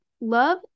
love